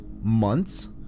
Months